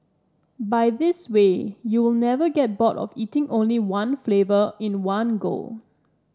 by this way you will never get bored of eating only one flavour in one go